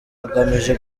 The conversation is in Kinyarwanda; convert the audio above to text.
agamije